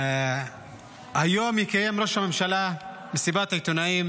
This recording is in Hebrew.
-- היום יקיים ראש הממשלה מסיבת עיתונאים